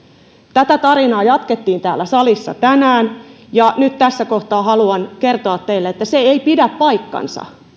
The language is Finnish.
tätä tarinaa jatkettiin täällä salissa tänään ja nyt tässä kohtaa haluan kertoa teille että se ei pidä paikkaansa